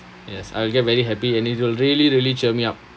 yes I will get very happy and it will really really cheer me up